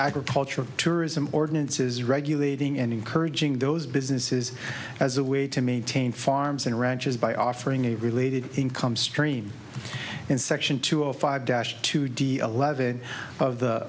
agricultural tourism ordinances regulating and encouraging those businesses as a way to maintain farms and ranches by offering a related income stream in section two zero five dash two d leavitt of the